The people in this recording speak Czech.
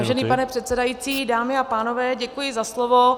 Vážený pane předsedající, dámy a pánové, děkuji za slovo.